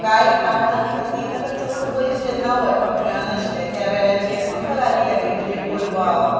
कांय कारणां खातीर ताका चड पयस जेन्ना व्हरपाक मेळनाशिल्लें त्या वेळाचेर आमकां लागीं लागीं म्हणजे कोलवा